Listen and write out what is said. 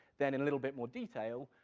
then, in a little bit more detail,